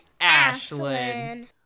Ashlyn